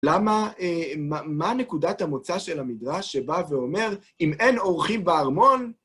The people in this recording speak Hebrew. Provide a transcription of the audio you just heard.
למה, מה נקודת המוצא של המדרש שבא ואומר, אם אין אורחים בארמון,